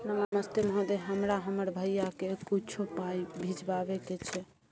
नमस्ते महोदय, हमरा हमर भैया के कुछो पाई भिजवावे के छै?